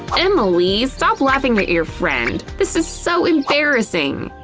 emily! stop laughing at your friend! this is so embarrassing!